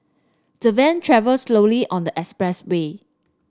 the van travelled slowly on the expressway